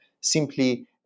simply